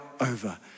over